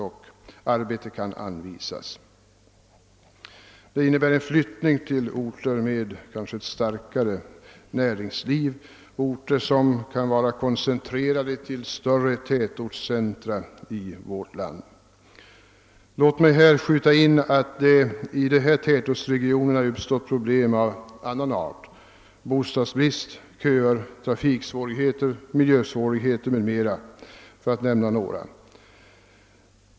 En sådan flyttning sker oftast till orter med starkare näringsliv, företrädesvis till större tätortscentra i vårt land. Låt mig här inskjuta att det i dessa tätortsregioner har uppstått problem av annan art: bostadsbrist, köer, trafiksvårigheter, miljösvårigheter m.m., för att här nämna några.